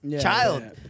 child